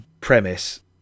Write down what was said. premise